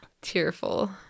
Tearful